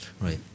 Right